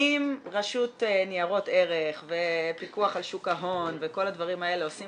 אם רשות לניירות ערך ופיקוח על שוק ההון וכל הדברים האלה עושים